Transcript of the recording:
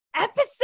episode